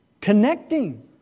Connecting